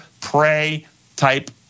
pray-type